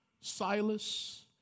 Silas